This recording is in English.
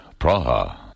Praha